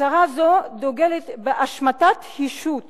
הצהרה זו דוגלת בהשמדת הישות